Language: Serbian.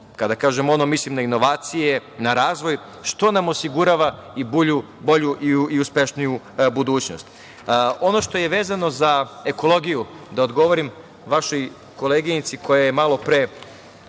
kada kažem "ono" mislim na inovacije, na razvoj, što nam osigurava i bolju i uspešniju budućnost. Ono što je vezano za ekologiju, da odgovorim vašoj koleginici koja je malo pre